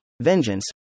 vengeance